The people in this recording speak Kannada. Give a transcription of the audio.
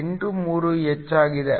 83 ಹೆಚ್ಚಾಗಿದೆ